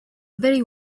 very